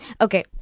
Okay